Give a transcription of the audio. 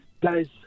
guys